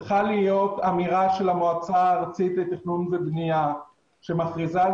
צריכה להיות אמירה של המועצה הארצית לתכנון ובנייה שמכריזה על